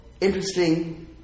interesting